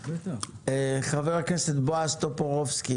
חבר הכנסת בועז טופורובסקי.